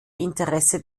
interesse